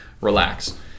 relax